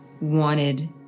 wanted